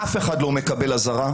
אף אחד לא מקבל אזהרה.